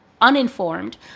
uninformed